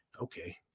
Okay